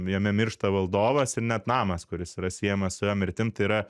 jame miršta valdovas ir net namas kuris yra siejamas su jo mirtim tai yra